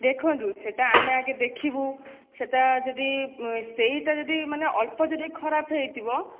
ଦେଖନ୍ତୁ ସେଇଟା ଆମେ ଆଗେ ଦେଖିବୁ ସେଇଟା ଯଦି ସେଇଟା ଯଦି ମାନେ ଅଳ୍ପ ଯଦି ଖରାପ ହୋଇଥିବ